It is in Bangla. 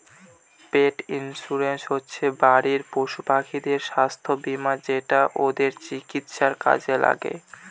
পেট ইন্সুরেন্স হচ্ছে বাড়ির পশুপাখিদের স্বাস্থ্য বীমা যেটা ওদের চিকিৎসার কাজে লাগে